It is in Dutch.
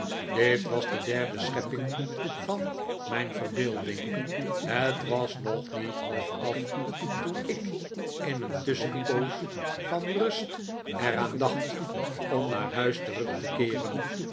dit was de derde schepping van mijn verbeelding het was nog niet half af toen ik in een tusschenpoos van rust er aan dacht om naar huis terug te keeren